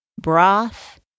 broth